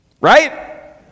Right